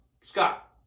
Scott